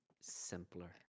simpler